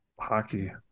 hockey